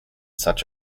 such